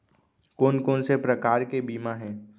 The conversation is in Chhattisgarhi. कोन कोन से प्रकार के बीमा हे?